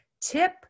Tip